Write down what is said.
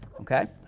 okay,